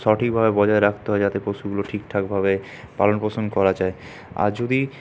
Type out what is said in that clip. সঠিকভাবে বজায় রাখতে হয় যাতে পশুগুলো ঠিকঠাকভাবে পালনপোষণ করা যায় আর যদি